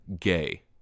gay